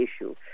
issue